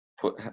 put